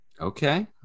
Okay